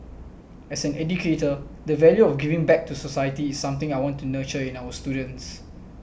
as an educator the value of giving back to society is something I want to nurture in our students